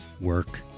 work